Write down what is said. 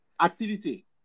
activity